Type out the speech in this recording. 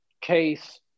Case